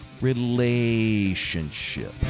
relationship